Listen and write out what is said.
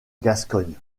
gascogne